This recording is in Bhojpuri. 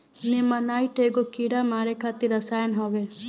नेमानाइट एगो कीड़ा मारे खातिर रसायन होवे